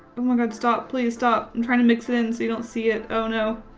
ohmygod stop. please stop. i'm trying to mix it in so you don't see it. oh no.